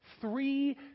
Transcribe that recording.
Three